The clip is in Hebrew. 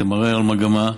זה מראה על מגמה.